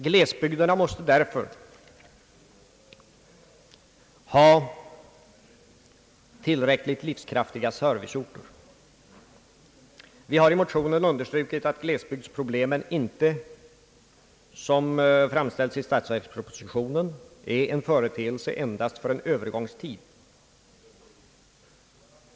Glesbygderna måste därför ha tillräckligt livskraftiga serviceorter. Vi har i motionerna understrukit att glesbygdsproblemet inte, såsom framställts i statsverkspropositionen, är en företeelse endast för en Öövergånsstid.